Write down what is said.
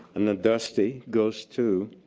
and the dusty goes to